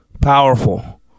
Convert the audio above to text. powerful